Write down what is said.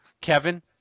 Kevin